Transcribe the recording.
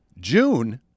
June